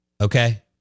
okay